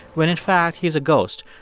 when, in fact, he's a ghost.